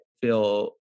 feel